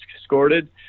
escorted